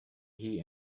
heat